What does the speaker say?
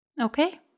Okay